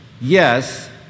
yes